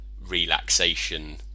relaxation